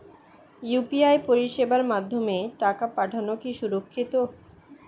UPI পরিষেবার মাধ্যমে টাকা পাঠানো কি সুরক্ষিত?